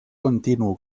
continu